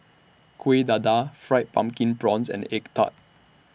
Kueh Dadar Fried Pumpkin Prawns and Egg Tart